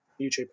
YouTube